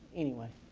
anyway.